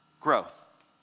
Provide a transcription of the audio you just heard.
growth